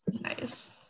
nice